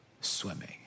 swimming